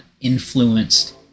influenced